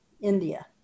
India